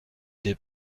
des